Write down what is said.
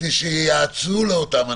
כדי שייעצו לאותם אנשים.